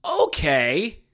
Okay